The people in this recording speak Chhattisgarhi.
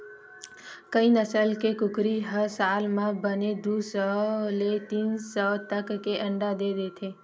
कइ नसल के कुकरी ह साल म बने दू सौ ले तीन सौ तक के अंडा दे देथे